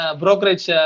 brokerage